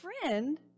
friend